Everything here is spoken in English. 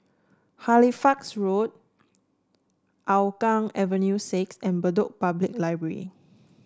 Halifax Road Hougang Avenue Six and Bedok Public Library